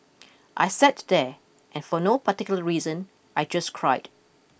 I sat there and for no particular reason I just cried